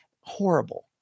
horrible